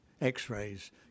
X-rays